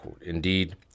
Indeed